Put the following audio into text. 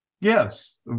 Yes